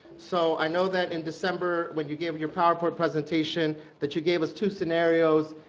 so i know that in december, when you gave your powerpoint presentation, that you gave us two scenarios,